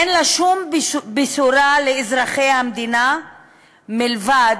אין לה שום בשורה לאזרחי המדינה מלבד